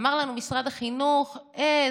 אמר לנו משרד החינוך: אה,